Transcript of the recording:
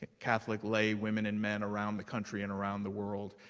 catholic laywomen and men around the country and around the world.